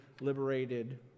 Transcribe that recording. liberated